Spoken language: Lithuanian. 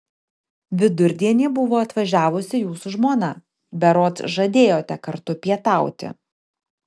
vidurdienį buvo atvažiavusi jūsų žmona berods žadėjote kartu pietauti